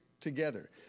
together